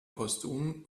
postum